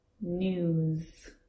news